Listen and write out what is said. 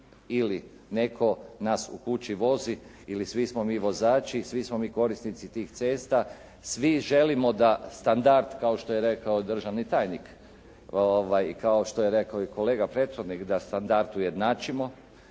ili netko nas u kući vozi ili svi smo mi vozači, svi smo mi korisnici tih cesta, svi želimo da standard kao što je rekao državni tajnik, kao što je rekao i kolega prethodnik da standard ujednačimo,